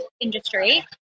industry